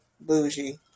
bougie